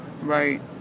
Right